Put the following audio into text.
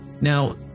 Now